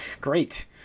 Great